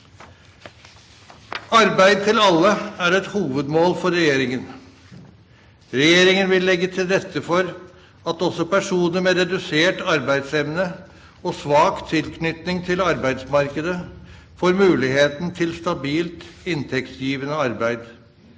Arbeid til alle er et hovedmål for regjeringen. Regjeringen vil legge til rette for at også personer med redusert arbeidsevne og svak tilknytning til arbeidsmarkedet får muligheten til stabilt, inntektsgivende arbeid.